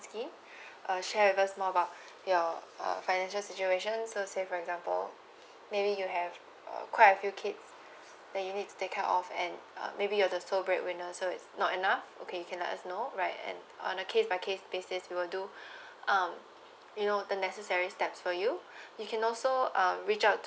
scheme uh share with us more about your uh financial situation so say for example maybe you have quite a few kids that you need to take care of and uh maybe you are the only sole bread winner so it's not enough okay you can let us know right and on a case by case basis we'll do um you know the necessary steps for you you can also um reach out